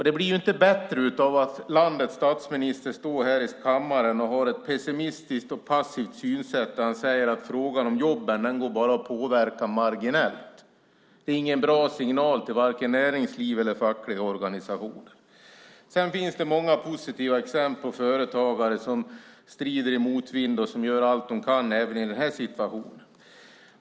Det blir inte bättre av att landets arbetsmarknadsminister står här i kammaren, har ett pessimistiskt och passivt synsätt och säger att frågan om jobben bara går att påverka marginellt. Det är ingen bra signal till vare sig näringsliv eller fackliga organisationer. Det finns många positiva exempel på företagare som strider i motvind och gör allt de kan även i den här situationen.